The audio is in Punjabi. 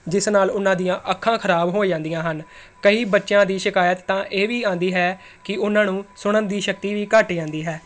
ਜਿਸ ਨਾਲ ਉਹਨਾਂ ਦੀਆਂ ਅੱਖਾਂ ਖਰਾਬ ਹੋ ਜਾਂਦੀਆਂ ਹਨ ਕਈ ਬੱਚਿਆਂ ਦੀ ਸ਼ਿਕਾਇਤ ਤਾਂ ਇਹ ਵੀ ਆਉਂਦੀ ਹੈ ਕਿ ਉਹਨਾਂ ਨੂੰ ਸੁਣਨ ਦੀ ਸ਼ਕਤੀ ਵੀ ਘੱਟ ਜਾਂਦੀ ਹੈ